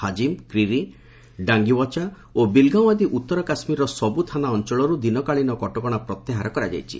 ହାଜିମ୍ କ୍ରିରି ଡାଙ୍ଗିଓ୍ୱାଚା ଏବଂ ବିଲଗାଓଁ ଆଦି ଉତ୍ତର କାଶ୍ୱୀରର ସବୁ ଥାନା ଅଞ୍ଚଳରୁ ଦିନକାଳୀନ କଟକଣା ପ୍ରତ୍ୟାହାର କରାଯାଇଛି